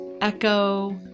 Echo